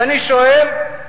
אני שואל,